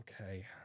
Okay